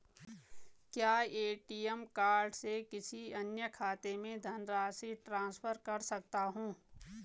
क्या ATM card से किसी अन्य खाते में धनराशि ट्रांसफर कर सकता हूँ?